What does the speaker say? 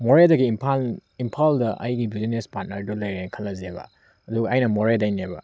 ꯃꯣꯔꯦꯗꯒꯤ ꯏꯝꯐꯥꯜ ꯏꯝꯐꯥꯜꯗ ꯑꯩꯒꯤ ꯕꯤꯖꯤꯅꯦꯁ ꯄꯥꯔꯠꯅꯔꯗꯣ ꯂꯩꯔꯦ ꯈꯜꯂꯁꯦꯕ ꯑꯗꯨꯒ ꯑꯩꯅ ꯃꯣꯔꯦꯗꯒꯤꯅꯦꯕ